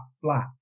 flat